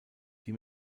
die